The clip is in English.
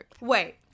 Wait